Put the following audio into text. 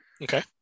Okay